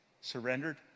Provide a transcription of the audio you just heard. Surrendered